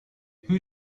who